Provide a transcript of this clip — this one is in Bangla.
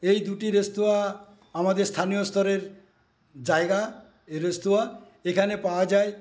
এই দুটি রেস্তোরাঁ আমাদের স্থানীয়স্তরের জায়গা এই রেস্তোরাঁ এখানে পাওয়া যায়